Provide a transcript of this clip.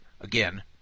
again